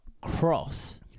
cross